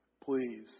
please